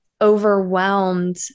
overwhelmed